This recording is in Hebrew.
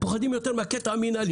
פוחדים יותר מהקטע המינהלי.